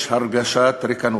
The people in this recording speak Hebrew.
יש הרגשת ריקנות.